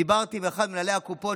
דיברתי עם אחד ממנהלי הקופות,